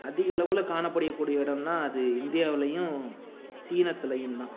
அதிகளவில் காணப்படக்கூடிய இடம்னால் அது இந்தியாவுலியும் சீனத்துலியும் தான்